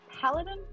paladin